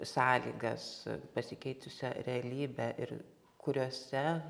sąlygas pasikeitusią realybę ir kuriose